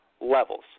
levels